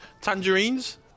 tangerines